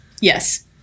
Yes